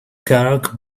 karaoke